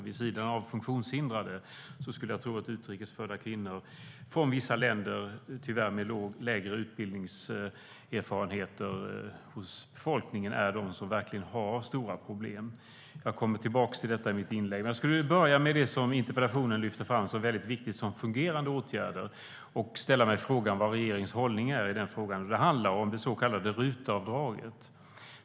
Vid sidan av funktionshindrade skulle jag tro att utrikes födda kvinnor från vissa länder, där det tyvärr är lägre utbildningserfarenheter hos befolkningen, är de som verkligen har stora problem. Jag kommer tillbaka till detta i mitt inlägg. Jag skulle vilja börja med det som lyfts fram i interpellationen som väldigt viktigt och som fungerande åtgärder. Jag ställer mig frågan: Vad är regeringens hållning i den frågan? Det handlar om det så kallade RUT-avdraget.